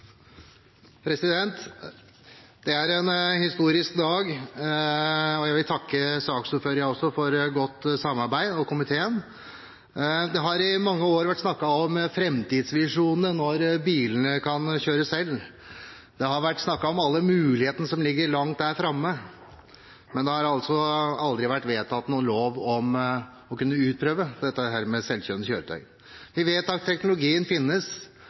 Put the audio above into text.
er en historisk dag. Også jeg vil takke saksordføreren – og komiteen – for godt samarbeid. Det har i mange år vært snakket om framtidsvisjonene, når bilene kan kjøre selv. Det har vært snakket om alle mulighetene som ligger langt der framme, men det har altså aldri vært vedtatt noen lov om å kunne utprøve dette med selvkjørende kjøretøy. Vi vet at teknologien finnes.